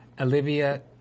Olivia